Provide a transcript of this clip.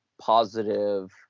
positive